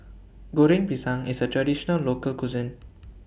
Goreng Pisang IS A Traditional Local Cuisine